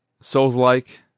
souls-like